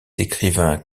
écrivains